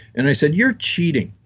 and i said, you're cheating.